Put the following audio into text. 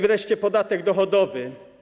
Wreszcie podatek dochodowy.